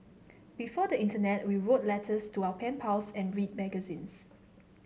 before the internet we wrote letters to our pen pals and read magazines